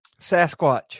Sasquatch